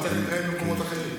לא צריך להתראיין במקומות אחרים.